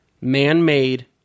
man-made